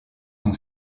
son